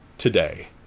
today